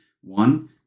one